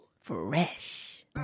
Fresh